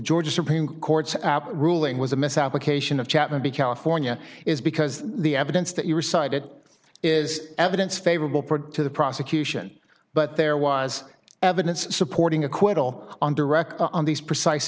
georgia supreme court's ruling was a misapplication of chapman b california is because the evidence that you were cited is evidence favorable for to the prosecution but there was evidence supporting acquittal on direct on these precise